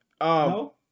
no